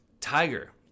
Tiger